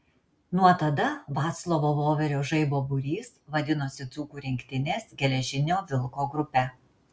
nuo tada vaclovo voverio žaibo būrys vadinosi dzūkų rinktinės geležinio vilko grupe